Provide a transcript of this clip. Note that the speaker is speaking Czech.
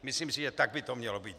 Myslím si, že tak by to mělo být.